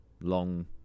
long